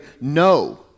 no